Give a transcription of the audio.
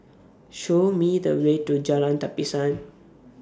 Show Me The Way to Jalan Tapisan